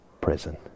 prison